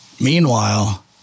Meanwhile